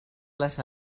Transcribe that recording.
les